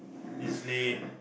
easily